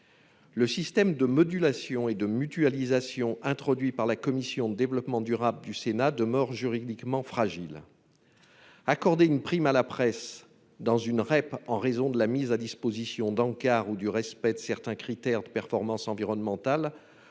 Le système de modulation et de mutualisation introduit par la commission de l'aménagement du territoire et du développement durable du Sénat demeure juridiquement fragile. Accorder une prime à la presse au titre de la REP en raison de la mise à disposition d'encarts ou du respect de certains critères de performance environnementale